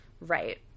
Right